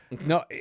No